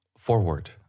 Forward